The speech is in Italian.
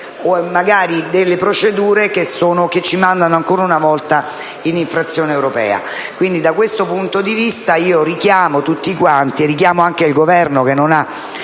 grazie.